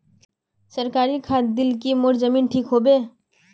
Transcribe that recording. सरकारी खाद दिल की मोर जमीन ठीक होबे?